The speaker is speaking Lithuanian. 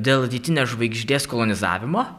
dėl rytinės žvaigždės kolonizavimo